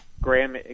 graham